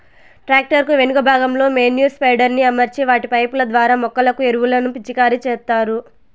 tractor కు వెనుక భాగంలో మేన్యుర్ స్ప్రెడర్ ని అమర్చి వాటి పైపు ల ద్వారా మొక్కలకు ఎరువులను పిచికారి చేత్తారు